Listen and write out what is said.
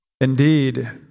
Indeed